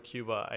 Cuba